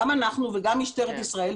גם אנחנו וגם משטרת ישראל,